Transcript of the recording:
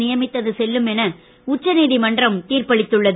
நியமித்தது செல்லும் என உச்சநீதமன்றம் தீர்ப்பளித்துள்ளது